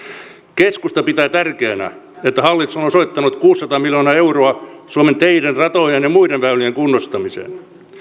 keskusta pitää tärkeänä että hallitus on osoittanut kuusisataa miljoonaa euroa suomen teiden ratojen ja muiden väylien kunnostamiseen